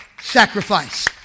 Sacrifice